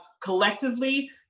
collectively